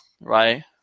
right